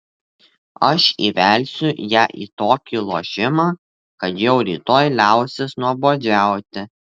aš įvelsiu ją į tokį lošimą kad jau rytoj liausis nuobodžiauti